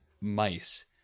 mice